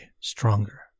stronger